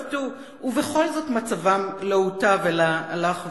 ובכל זאת מצבם לא הוטב אלא הלך והורע.